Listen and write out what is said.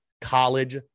college